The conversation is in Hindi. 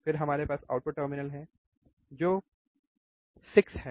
फिर हमारे पास आउटपुट टर्मिनल है जो 6 है